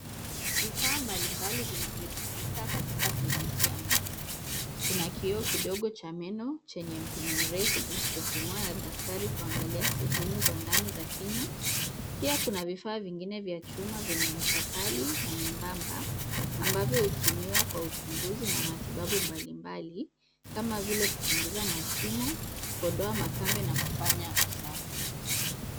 Vifaa mbalimbali vinavyotumika katika kliniki ya meno. Kuna kioo kidogo cha meno chenye mpini mrefu kinachotumika na daktari kuangalia sehemu za ndani za kinywa. Pia kuna vifaa vingine vya chuma vyenye ncha kali na nyembamba, ambavyo hutumiwa kwa uchunguzi na matibabu mbalimbali kama vile kuchunguza mashimo, kuondoa makambe na kufanya usafi.